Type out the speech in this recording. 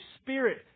Spirit